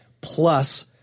plus